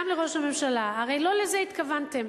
גם לראש הממשלה: הרי לא לזה התכוונתם,